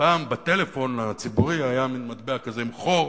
פעם בטלפון הציבורי היה מין מטבע כזה עם חור,